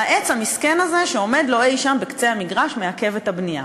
והעץ המסכן הזה שעומד לו אי-שם בקצה המגרש מעכב את הבנייה.